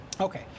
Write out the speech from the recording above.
Okay